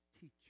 teacher